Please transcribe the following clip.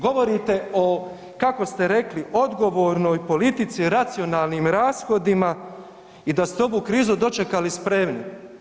Govorite o kako ste rekli, odgovornoj politici racionalnim rashodima i da ste ovu krizu dočekali spremni.